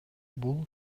бул